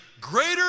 greater